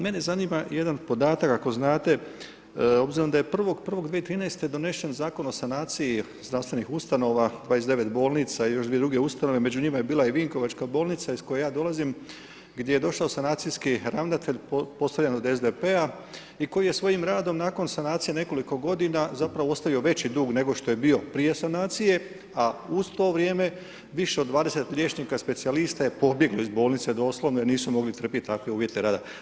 Mene zanima jedan podatak, ako znate, obzirom da je 1.1.2013. donesen zakon o sanaciji zdravstvenih ustavna 29 bolnica, još 2 druge ustanove, među njima je bila i vinkovačka bolnica iz koje ja dolazim, gdje je došao sanacijski ravnatelj, postavljen od SDP-a i koji je svojim radom nakon sanacije nekoliko g. ostavio veći dug nego što je bio prije sanacije, a uz to vrijeme, više od 20 liječnika, specijalista je pobjeglo iz bolnice, doslovno, jer nisu mogli trpjeti takve uvjete rada.